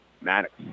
Maddox